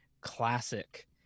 classic